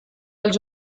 els